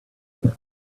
there